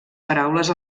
paraules